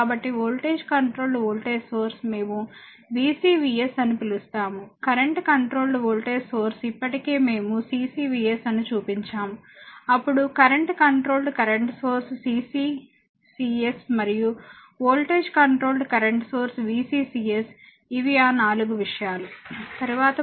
కాబట్టి voltage controlled voltage source మేము VCVS అని పిలుస్తాము కరెంట్ కంట్రోల్డ్ వోల్టేజ్ సోర్స్ ఇప్పటికే మేము CCVS ని చూపించాము అప్పుడు current controlled current source CCCS మరియు voltage controlled current source VCCS ఇవి ఆ 4 విషయాలు తరువాత మరొక ఉదాహరణ తీసుకోండి